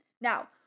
Now